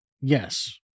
yes